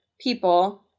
people